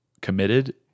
committed